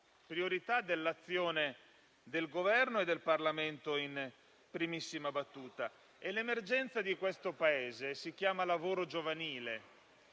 priorità dell'azione del Governo e del Parlamento in primissima battuta. L'emergenza di questo Paese si chiama lavoro giovanile: